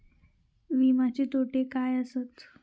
विमाचे तोटे काय आसत?